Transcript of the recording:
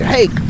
Hey